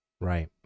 Right